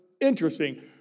interesting